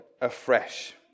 afresh